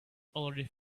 already